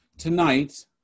Tonight